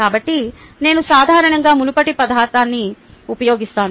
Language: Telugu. కాబట్టి నేను సాధారణంగా మునుపటి పదార్థాన్ని ఉపయోగిస్తాను